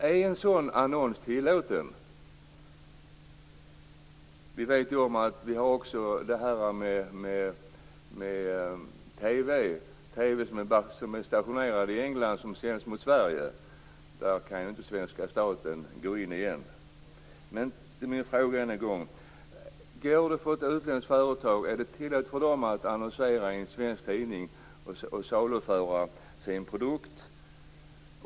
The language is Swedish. Är en sådan annons tillåten? Det finns också TV-kanaler som är stationerade i England och som sänder i Sverige. Där kan ju inte svenska staten gå in. Min fråga är än en gång: Är det tillåtet för ett utländskt företag att annonsera i en svensk tidning för att saluföra sin produkt?